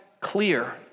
clear